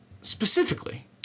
specifically